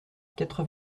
quatre